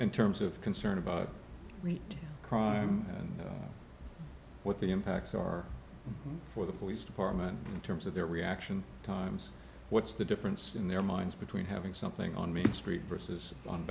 in terms of concern about crime and what the impacts are for the police department in terms of their reaction times what's the difference in their minds between having something on me street versus on